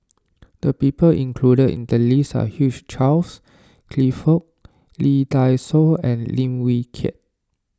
the people included in the list are Hugh Charles Clifford Lee Dai Soh and Lim Wee Kiak